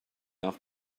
off